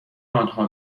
آنها